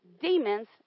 demons